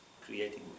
creating